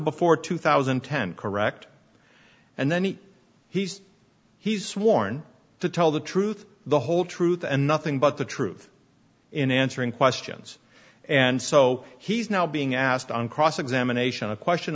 before two thousand and ten correct and then he he's he's sworn to tell the truth the whole truth and nothing but the truth in answering questions and so he's now being asked on cross examination a question